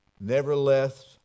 nevertheless